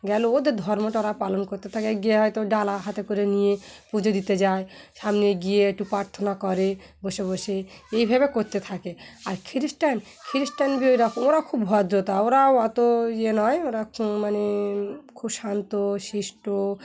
গেলে ওদের ধর্মটা ওরা পালন করতে থাকে গিয়ে হয়তো ডালা হাতে করে নিয়ে পুজো দিতে যায় সামনে গিয়ে একটু প্রার্থনা করে বসে বসে এইভাবে করতে থাকে আর খ্রিস্টান খ্রিস্টান বি ওরকম ওরা খুব ভদ্রতা ওরাও অতো ইয়ে নয় ওরা মানে খুব শান্ত সিষ্ট